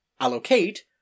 allocate